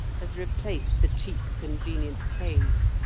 has replaced the cheap, convenient cave.